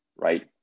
right